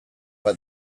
but